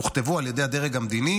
שהוכתבו על ידי הדרג המדיני,